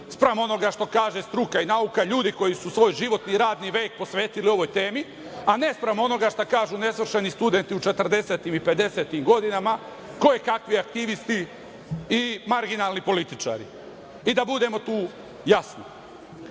spram onoga što kažu struka i nauka, ljudi koji su svoj životni i radni vek posvetili ovoj temi, a ne spram onoga što kažu nesvršeni studenti u četrdesetim i pedesetim godinama, kojekakvi aktivisti i marginalni političari, i da budemo tu jasni.